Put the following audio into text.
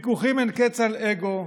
ויכוחים אין-קץ על אגו,